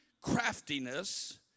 craftiness